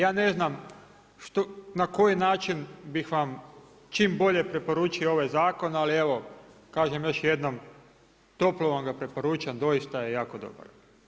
Ja ne znam na koji način bih vam čim bolje preporučio ovaj zakon, ali evo kažem još jednom toplo vam ga preporučam, doista je jako dobar.